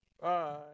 Bye